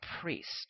priest